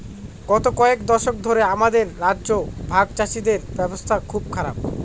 গত কয়েক দশক ধরে আমাদের রাজ্যে ভাগচাষীদের অবস্থা খুব খারাপ